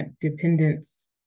dependence